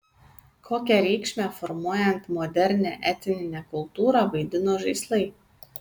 kokią reikšmę formuojant modernią etninę kultūrą vaidino žaislai